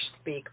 speak